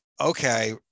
okay